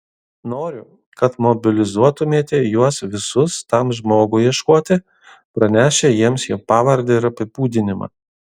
noriu kad mobilizuotumėte juos visus tam žmogui ieškoti pranešę jiems jo pavardę ir apibūdinimą